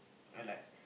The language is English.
I like